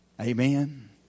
Amen